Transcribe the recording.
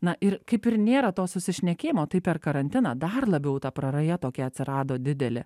na ir kaip ir nėra to susišnekėjimo tai per karantiną dar labiau ta praraja tokia atsirado didelė